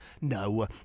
No